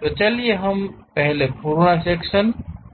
तो चलिए हम पहले पूर्ण सेक्शन